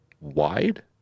wide